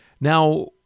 Now